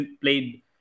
played